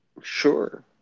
Sure